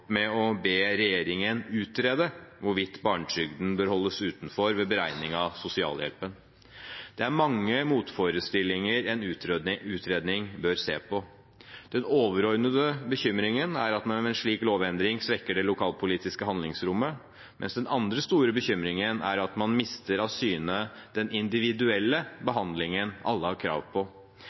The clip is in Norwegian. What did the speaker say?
med å be regjeringen utrede hvorvidt barnetrygden bør holdes utenfor ved beregning av sosialhjelpen. Det er mange motforestillinger en utredning bør se på. Den overordnede bekymringen er at man ved en slik lovendring svekker det lokalpolitiske handlingsrommet, mens den andre store bekymringen er at man mister av syne den individuelle behandlingen alle har krav på.